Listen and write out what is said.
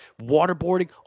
Waterboarding